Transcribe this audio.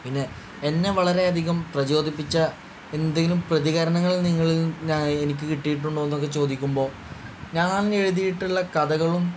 പിന്നെ എന്നെ വളരെയധികം പ്രചോദിപ്പിച്ച എന്തെങ്കിലും പ്രതികരണങ്ങൾ നിങ്ങളിൽ എനിക്ക് കിട്ടിയിട്ടുണ്ടോ എന്നൊക്കെ ചോദിക്കുമ്പോൾ ഞാൻ എഴുതിയിട്ടുള്ള കഥകളും